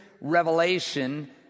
revelation